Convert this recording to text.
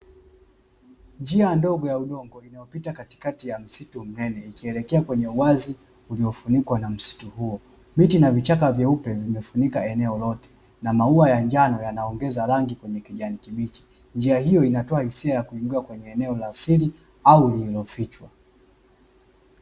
Njia ndogo ya udongo inayopita katikati ya msitu mnene ikielekea kwenye uwazi uliofunikwa na msitu huo, miti na vichaka vyeupe vimefunika eneo lote na maua ya njano yanaongeza rangi kwenye kijani kibichi, njia hiyo inatoa hisia ya kuingia kwenye eneo la siri au lililofichwa.